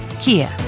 Kia